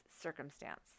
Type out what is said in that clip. circumstance